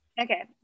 Okay